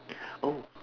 oh